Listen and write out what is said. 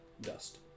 Dust